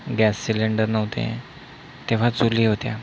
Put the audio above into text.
gas cylinder नव्हते तेव्हा चुली होत्या